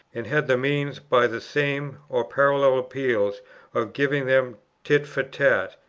and had the means, by the same or parallel appeals, of giving them tit for tat.